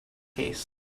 case